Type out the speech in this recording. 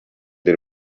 the